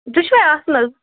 دۄشوے آسنہٕ حظ